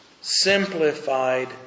simplified